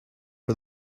for